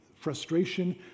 frustration